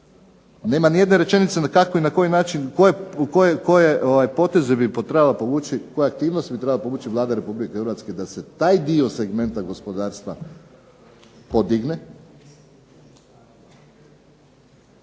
bi trebalo povući, koje aktivnosti bi trebala povući Vlada Republike Hrvatske da se taj dio segmenta gospodarstva podigne.